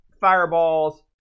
fireballs